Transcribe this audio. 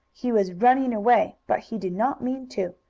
he was running away, but he did not mean to.